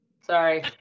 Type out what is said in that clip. Sorry